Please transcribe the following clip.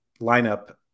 lineup